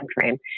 timeframe